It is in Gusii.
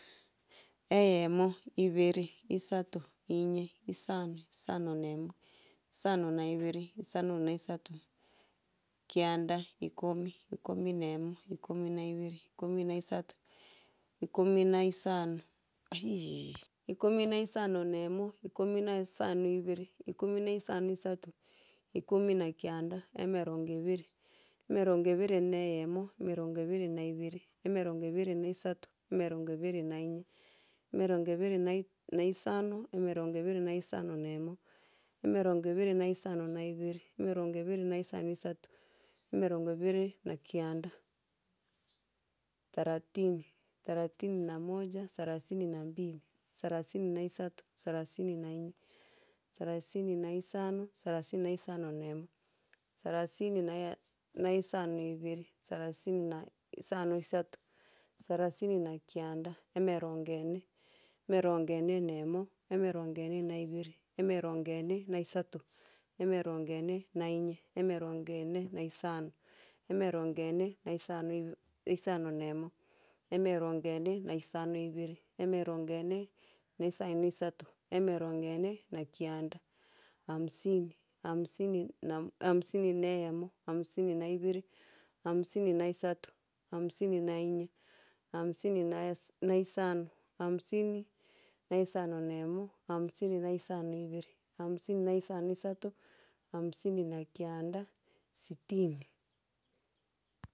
Eyemo ibere isato inye isano isano na emo isano na ibere isano na isato kianda ikomi ikomi na emo ikomi na ibere ikomi na isato ikomi na isano aiiijiiiiiii ikomi na isano na emo ikomi na isano ibere ikomi na isano isato ikomi na kianda emerongo ebere emerongo ibere na eyemo emerongo ebere na ibere emerongo ebere na isato emerongo ebere na inye emerongo ibera nai na isano emerongo ebere na isano na emo emerongo ebere na isano na ibere emerongo ebere na isano na isato emerongo ebere na kianda, tharathini thalathini na moja sarasini na mbili sarasini na isato sarasini na inye sarasaini na isano sarasini na isano na emo sarasini naya na isano ibere sarasini na isano isato sarasini na kianda emerongo ene emerongo ene na emo emerongo ene na ibere emerongo ene na isato emerongo ene na inye emerongo ene na isano emerongo ene na isano ibe isano na emo, emerongo ene na isano ibere emerongo ene na isaino isato emerongo ene na kianda hamsini hamsini na hamsini na eyemo hamsini na ibere hamsini na isato hamsini na inye hamsini na es na isano hamsini na isano na emo hamsini na isano ibere hamsini na isano isato hamsini na kianda sitini.